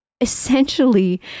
Essentially